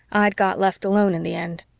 i'd got left alone in the end.